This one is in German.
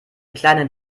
kleinen